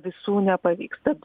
visų nepavyks tad